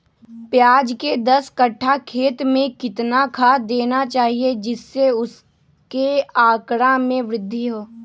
प्याज के दस कठ्ठा खेत में कितना खाद देना चाहिए जिससे उसके आंकड़ा में वृद्धि हो?